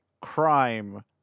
crime